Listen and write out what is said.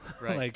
Right